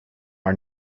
are